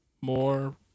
More